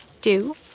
Do